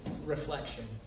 reflection